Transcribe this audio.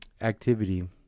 activity